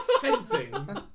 fencing